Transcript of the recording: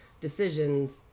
decisions